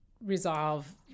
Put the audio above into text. resolve